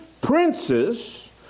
princes